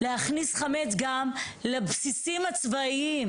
להכניס חמץ גם לבסיסים הצבאיים.